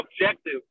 objective